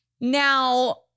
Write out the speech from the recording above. Now